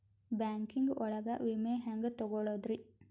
Banking ಒಳಗ ವಿಮೆ ಹೆಂಗ್ ತೊಗೊಳೋದ್ರಿ?